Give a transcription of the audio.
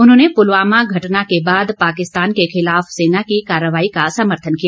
उन्होंने पुलवामा घटना के बाद पाकिस्तान के खिलाफ सेना की कार्रवाई का समर्थन किया